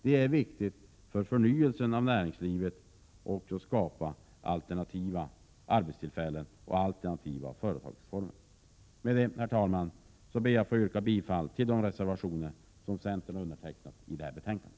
Det är viktigt för förnyelsen av näringslivet att skapa alternativa arbetstillfällen och alternativa företagsformer. Herr talman! Med detta ber jag att få yrka bifall till de reservationer som centern har undertecknat i detta betänkande.